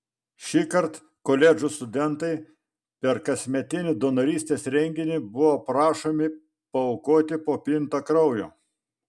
šįkart koledžų studentai per kasmetinį donorystės renginį buvo prašomi paaukoti po pintą kraujo